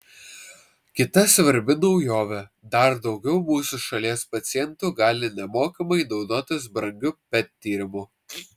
kita svarbi naujovė dar daugiau mūsų šalies pacientų gali nemokamai naudotis brangiu pet tyrimu